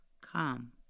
come